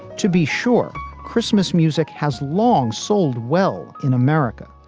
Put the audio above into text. to be sure christmas music has long sold well in america,